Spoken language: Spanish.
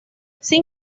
sin